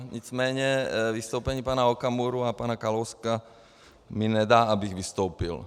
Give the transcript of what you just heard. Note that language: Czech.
Nicméně vystoupení pana Okamury a pana Kalouska mi nedá, abych vystoupil.